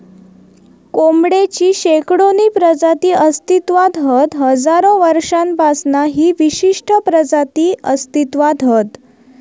कोंबडेची शेकडोनी प्रजाती अस्तित्त्वात हत हजारो वर्षांपासना ही विशिष्ट प्रजाती अस्तित्त्वात हत